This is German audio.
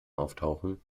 auftauchen